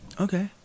Okay